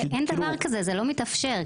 אין דבר כזה, זה לא מתאפשר.